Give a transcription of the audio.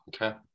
Okay